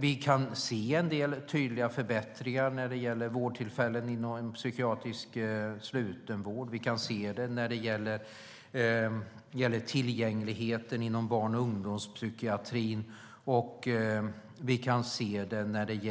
Vi kan se en del tydliga förbättringar när det gäller vårdtillfällen inom psykiatrisk slutenvård, när det gäller tillgängligheten inom barn och ungdomspsykiatrin och när det